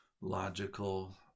logical